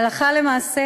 הלכה למעשה,